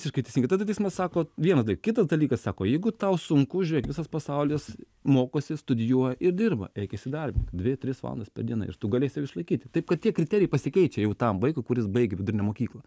visiškai tesingai tada teismas sako vieną dalyk kitas dalykas sako jeigu tau sunku žiūrėk visas pasaulis mokosi studijuoja ir dirba eik įsidarbink dvi tris valandas per dieną ir tu gali save išlaikyti taip kad tie kriterijai pasikeičia jau tam vaikui kuris baigia vidurinę mokyklą